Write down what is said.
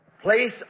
place